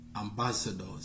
Ambassadors